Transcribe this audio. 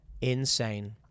insane